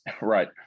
right